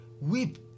Weep